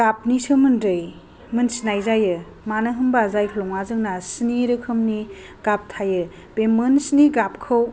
गाबनि सोमोन्दै मोनथिनाय जायो मानो होनबा जायख्लंआ स्नि रोखोमनि गाब थायो बे मोन स्नि गाबखौ